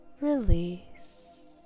release